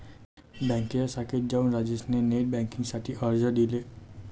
बँकेच्या शाखेत जाऊन राजेश ने नेट बेन्किंग साठी अर्ज दिले